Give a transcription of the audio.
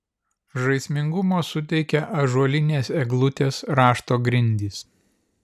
žaismingumo suteikia ąžuolinės eglutės rašto grindys